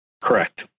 Correct